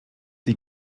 die